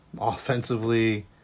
offensively